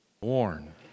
Born